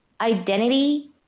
identity